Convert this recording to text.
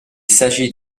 s’agit